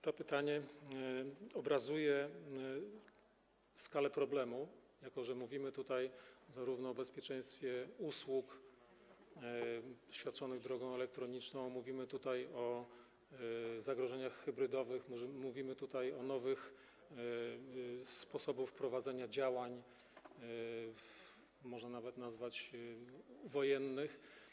To pytanie obrazuje skalę problemu, jako że mówimy tutaj o bezpieczeństwie usług świadczonych drogą elektroniczną, mówimy tutaj o zagrożeniach hybrydowych, mówimy tutaj o nowych sposobach prowadzenia działań, można to nawet nazwać, wojennych.